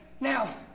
Now